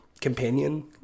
companion